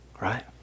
right